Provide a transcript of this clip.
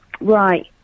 Right